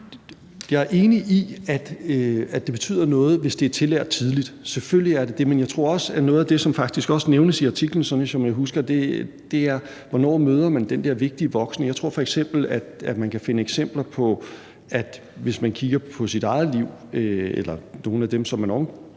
Jeg er enig i, at det betyder noget, hvis det er tillært tidligt – selvfølgelig gør det det. Men jeg tror også, at noget af det, som faktisk også nævnes i artiklen, sådan som jeg husker det, er, hvornår man møder den der vigtige voksen. Jeg tror f.eks., at man kan finde eksempler på, hvis man kigger på sig selv eller på nogle af dem, som man omgås,